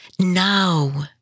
Now